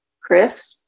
Chris